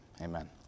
Amen